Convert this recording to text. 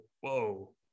Whoa